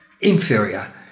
inferior